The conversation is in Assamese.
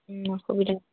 অসুবিধা